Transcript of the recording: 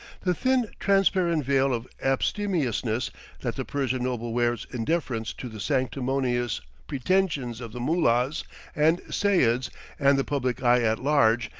the thin, transparent veil of abstemiousness that the persian noble wears in deference to the sanctimonious pretensions of the mollahs and seyuds and the public eye at large,